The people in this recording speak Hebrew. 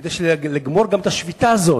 כדי לגמור גם את השביתה הזאת.